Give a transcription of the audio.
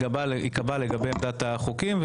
העמדה לגבי החוקים.